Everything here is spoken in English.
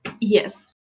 yes